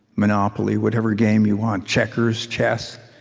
monopoly, whatever game you want, checkers, chess.